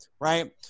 right